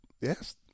Yes